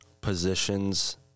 positions